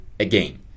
Again